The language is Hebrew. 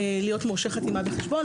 להיות מורשה חתימה בחשבון,